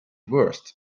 worst